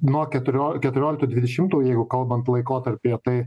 nuo keturio keturioliktų dvidešimtų jeigu kalbant laikotarpyje tai